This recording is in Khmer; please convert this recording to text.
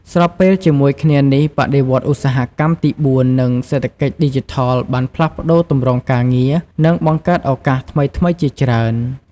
ស្របពេលជាមួយគ្នានេះ បដិវត្តន៍ឧស្សាហកម្មទី ៤ និងសេដ្ឋកិច្ចឌីជីថល បានផ្លាស់ប្តូរទម្រង់ការងារ និងបង្កើតឱកាសថ្មីៗជាច្រើន។